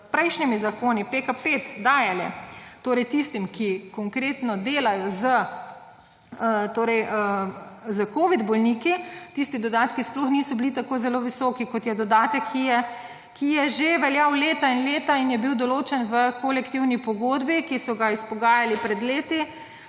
prejšnjimi zakoni PKP dajali torej tistim, ki konkretno delajo s torej Covid bolniki, tisti dodatki sploh niso bili tako zelo visoki, kot je dodatek, ki je že veljal leta in leta in je bil določen v kolektivni pogodbi, ki so ga izpogajali pred leti,